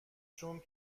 چون